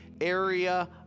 area